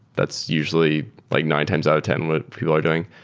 that's usually like nine times out of ten what people are doing,